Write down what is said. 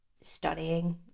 studying